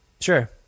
Sure